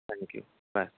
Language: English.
thank you bye